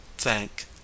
THANK